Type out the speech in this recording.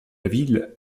ville